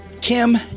Kim